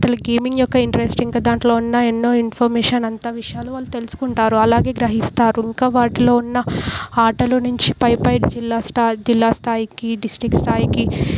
ఆటల గేమింగ్ యొక్క ఇంట్రెస్ట్ ఇంకా దాంట్లో ఉన్న ఎన్నో ఇన్ఫర్మేషన్ అంత విషయాలు వాళ్ళు తెలుసుకుంటారు అలాగే గ్రహిస్తారు ఇంకా వాటిలో ఉన్న ఆటలు నుంచి పై పై జిల్లా స్థా జిల్లా స్థాయికి డిస్టిక్ స్థాయికి